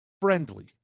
Friendly